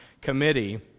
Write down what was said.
committee